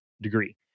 degree